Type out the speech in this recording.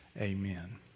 Amen